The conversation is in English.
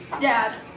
Dad